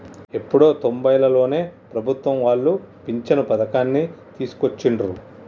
ఎప్పుడో తొంబైలలోనే ప్రభుత్వం వాళ్ళు పించను పథకాన్ని తీసుకొచ్చిండ్రు